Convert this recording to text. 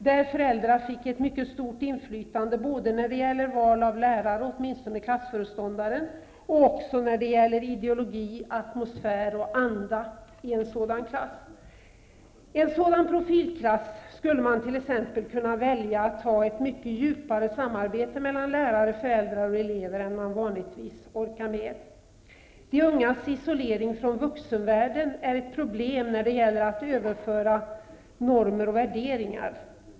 Där skulle föräldrar få ett mycket stort inflytande både när det gäller val av lärare, åtminstone klassföreståndare, och när det gäller ideologi, atmosfär och anda i en sådan klass. I en sådan profilklass skulle man t.ex. kunna välja att ha ett mycket djupare samarbete mellan lärare, föräldrar och elever än man vanligtvis orkar med. De ungas isolering från vuxenvärlden är ett problem när det gäller att överföra normer och värderingar.